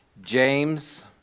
James